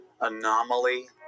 anomaly